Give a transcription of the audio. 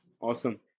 Awesome